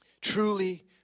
Truly